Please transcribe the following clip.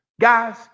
Guys